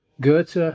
Goethe